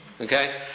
Okay